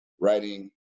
writing